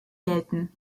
gelten